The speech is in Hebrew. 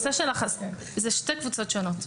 אלה שתי קבוצות שונות.